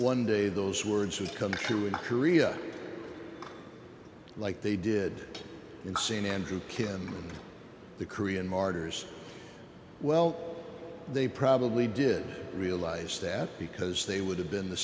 one day those words would come true in korea like they did in st andrew kim the korean martyrs well they probably did realize that because they would have been the